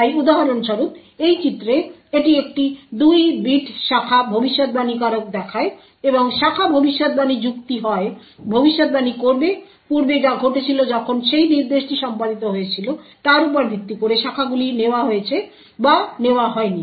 তাই উদাহরণস্বরূপ এই চিত্রে এটি একটি 2 বিট শাখা ভবিষ্যদ্বাণীকারক দেখায় এবং শাখা ভষিষ্যৎবাণী যুক্তি হয় ভবিষ্যদ্বাণী করবে পূর্বে যা ঘটেছিল যখন সেই নির্দেশটি সম্পাদিত হয়েছিল তার উপর ভিত্তি করে শাখাগুলি নেওয়া হয়েছে বা নেওয়া হয়নি